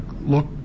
look